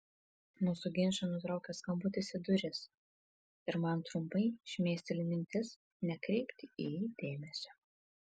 mūsų ginčą nutraukia skambutis į duris ir man trumpai šmėsteli mintis nekreipti į jį dėmesio